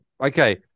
okay